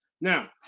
Now